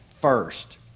first